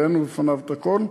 העלינו לפניו הכול.